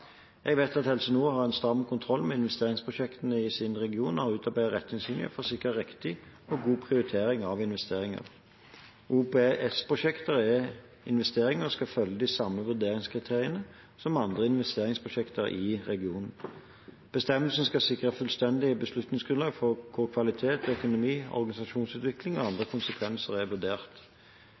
Jeg vet at Helse Nord har en stram kontroll med investeringsprosjektene i sin region og har utarbeidet retningslinjer for å sikre riktig og god prioritering av investeringer. OPS-prosjekter er investeringer og skal følge de samme vurderingskriteriene som andre investeringsprosjekter i regionen. Bestemmelsene skal sikre et fullstendig beslutningsgrunnlag hvor kvalitet, økonomi, organisasjonsutvikling og andre konsekvenser er vurdert.